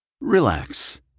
Relax